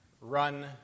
run